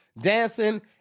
dancing